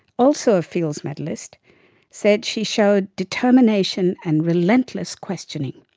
also a fields medallist, said she showed determination and relentless questioning.